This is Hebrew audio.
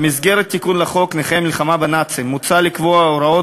במסגרת התיקון לחוק נכי המלחמה בנאצים מוצע לקבוע הוראות